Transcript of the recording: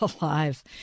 alive